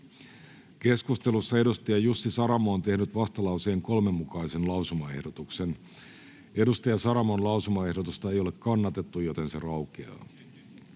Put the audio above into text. Keskustelussa Jussi Saramo on tehnyt vastalauseen 3 mukaisen lausumaehdotuksen. Edustaja Saramon lausumaehdotusta ei ole kannatettu, joten se raukeaa.